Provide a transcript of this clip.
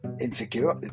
Insecure